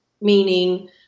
meaning